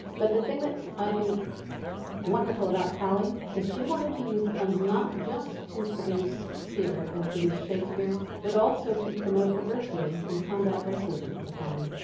but the thing that's i think wonderful about hallie is she wanted to use the funds not just to produce theater and to produce shakespeare but also to promote diversity and combat racism at the time.